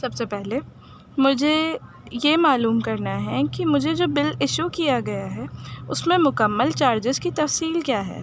سب سے پہلے مجھے یہ معلوم کرنا ہے کہ مجھے جو بل ایشو کیا گیا ہے اس میں مکمل چارجز کی تفصیل کیا ہے